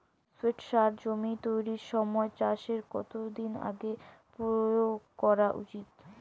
Phosphate সার জমি তৈরির সময় চাষের কত দিন আগে প্রয়োগ করা উচিৎ?